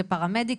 כפרמדיק